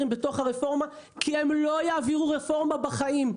ברפורמה כי הם לא יעבירו רפורמה בחיים.